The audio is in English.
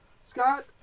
Scott